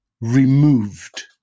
removed